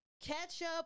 Ketchup